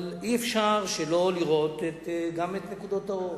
אבל אי-אפשר שלא לראות גם את נקודות האור.